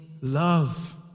love